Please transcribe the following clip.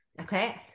Okay